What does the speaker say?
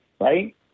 right